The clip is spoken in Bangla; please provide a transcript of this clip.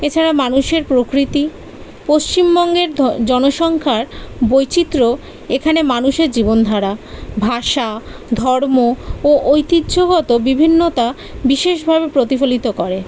এছাড়া মানুষের প্রকৃতি পশ্চিমবঙ্গের জনসংখ্যার বৈচিত্র্য এখানে মানুষের জীবনধারা ভাষা ধর্ম ও ঐতিহ্যগত বিভিন্নতা বিশেষভাবে প্রতিফলিত করে